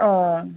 ও